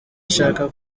nshaka